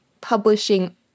publishing